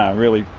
ah really,